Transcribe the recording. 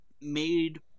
made